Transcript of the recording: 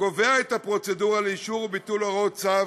קובע את הפרוצדורה לאישור וביטול הוראות צו